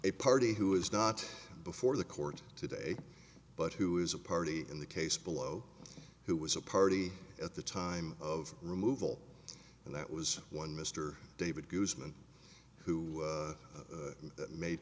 a party who is not before the court today but who is a party in the case below who was a party at the time of removal and that was one mr david goostman who made